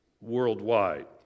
worldwide